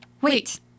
Wait